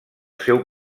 seu